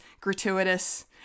gratuitous